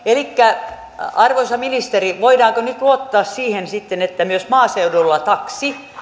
elikkä arvoisa ministeri voidaanko nyt luottaa sitten siihen että myös maaseudulla taksi